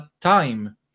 time